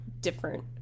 different